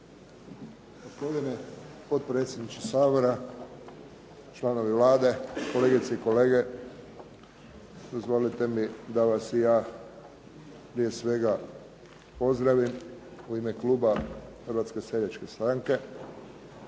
Gospodine potpredsjedniče Sabor, članovi Vlade, kolegice i kolege, dozvolite mi da vas i ja prije svega pozdravim u ime Kluba Hrvatske seljačke stranke.